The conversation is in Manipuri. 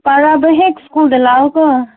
ꯄꯥꯔꯗꯨ ꯍꯦꯛ ꯁ꯭ꯀꯨꯜꯗ ꯂꯥꯛꯑꯣꯀꯣ